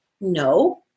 no